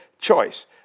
choice